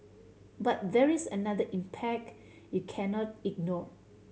but there is another impact you cannot ignore